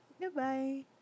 Goodbye